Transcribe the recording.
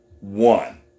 one